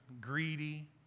greedy